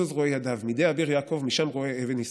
ויפזו זרעי ידיו מידי אביר יעקב משם רעה אבן ישראל".